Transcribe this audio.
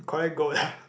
collect gold lah